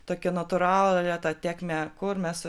tokią natūralią tą tėkmę kur mes